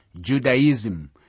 Judaism